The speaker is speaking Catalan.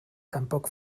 tampoc